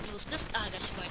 news desk Akashvani